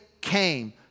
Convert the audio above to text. came